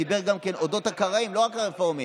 דיבר גם אודות הקראים ולא רק הרפורמים.